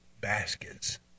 baskets